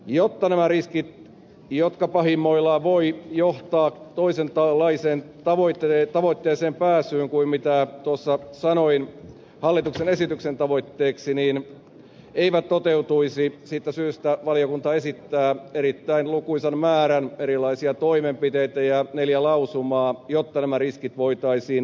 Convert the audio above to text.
jotta nämä riskit jotka pahimmillaan voivat johtaa toisenlaiseen tavoitteeseen pääsyyn kuin mitä tuossa sanoin hallituksen esityksen tavoitteeksi eivät toteutuisi siitä syystä valiokunta esittää erittäin lukuisan määrän erilaisia toimenpiteitä ja neljä lausumaa jotta nämä riskit voitaisiin välttää